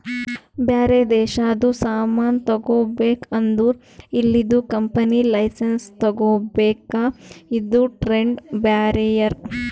ಬ್ಯಾರೆ ದೇಶದು ಸಾಮಾನ್ ತಗೋಬೇಕ್ ಅಂದುರ್ ಇಲ್ಲಿದು ಕಂಪನಿ ಲೈಸೆನ್ಸ್ ತಗೋಬೇಕ ಇದು ಟ್ರೇಡ್ ಬ್ಯಾರಿಯರ್